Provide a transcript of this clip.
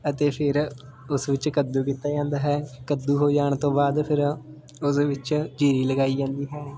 ਅਤੇ ਫਿਰ ਉਸ ਵਿੱਚ ਕੱਦੂ ਕੀਤਾ ਜਾਂਦਾ ਹੈ ਕੱਦੂ ਹੋ ਜਾਣ ਤੋਂ ਬਾਅਦ ਫਿਰ ਉਹਦੇ ਵਿੱਚ ਜੀਰੀ ਲਗਾਈ ਜਾਂਦੀ ਹੈ